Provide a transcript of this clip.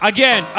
Again